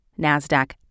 NASDAQ